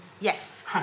Yes